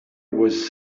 was